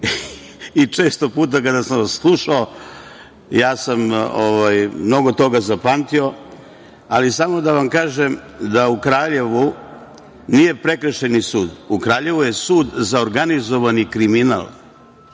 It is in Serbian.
i često puta kada sam vas slušao mnogo toga sam zapamtio, ali samo da vam kažem da u Kraljevu nije Prekršajni sud, u Kraljevu je sud za organizovani kriminal. Vi